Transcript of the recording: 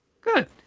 Good